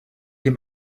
dem